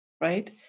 right